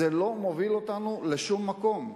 זה לא מוביל אותנו לשום מקום.